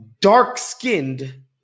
dark-skinned